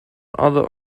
other